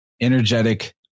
energetic